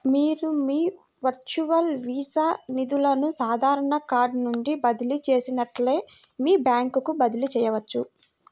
మీరు మీ virtual Visa నిధులను సాధారణ కార్డ్ నుండి బదిలీ చేసినట్లే మీ బ్యాంకుకు బదిలీ చేయవచ్చు